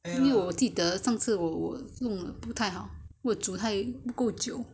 我记得上次我我弄了不太好我煮太不够久